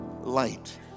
light